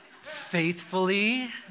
faithfully